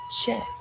Check